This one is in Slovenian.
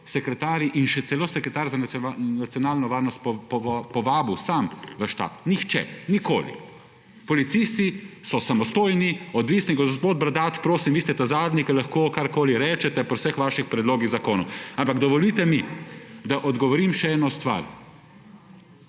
sekretarji in še celo sekretar za nacionalno varnost povabil sam v štab. Nihče. Nikoli. Policisti so samostojni, odvisni… Gospod Bradač, prosim, vi ste zadnji, ki lahko karkoli rečete pri vseh vaših predlogih zakonov. Ampak dovolite mi, da odgovorim še eno stvar.